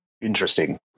Interesting